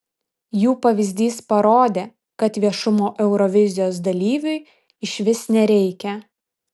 jų pavyzdys parodė kad viešumo eurovizijos dalyviui išvis nereikia